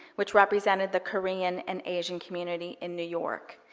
which represented the korean and asian community in new york.